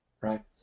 right